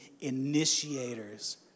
initiators